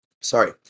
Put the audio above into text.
Sorry